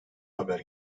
haber